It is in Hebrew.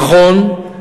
נכון,